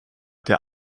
der